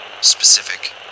Specific